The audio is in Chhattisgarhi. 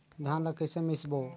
धान ला कइसे मिसबो?